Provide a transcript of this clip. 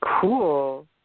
Cool